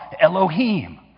Elohim